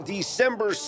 December